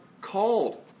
called